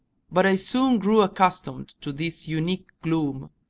but i soon grew accustomed to this unique gloom,